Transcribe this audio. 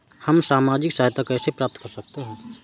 हम सामाजिक सहायता कैसे प्राप्त कर सकते हैं?